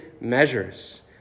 measures